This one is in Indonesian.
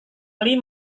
lee